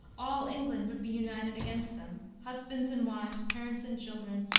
all england would be united against them. husbands and wives, parents and children,